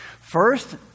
First